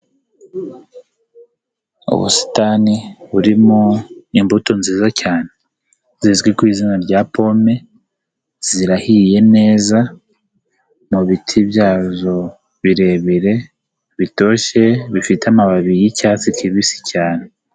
Ubusitani burimo imbuto nziza cyane zizwi ku izina rya pome, zirahiye neza mubi biti byazo birebire, bitoshye, bifite amababi y'icyatsi kibisi cyane.